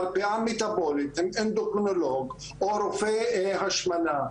מרפאה מטבולית עם אנדוקרינולוג או רופא השמנה,